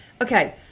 Okay